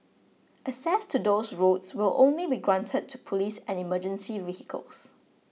access to those roads will only be granted to police and emergency vehicles